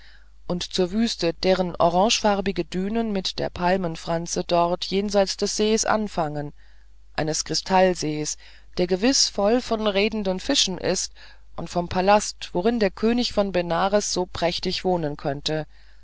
und zur wüste deren orangefarbige dünen mit der palmenfranze dort jenseits des sees anfangen eines kristallsees der gewiß voll von redenden fischen ist und zum palast worin der könig von benares so prächtig wohnen könnte